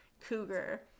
cougar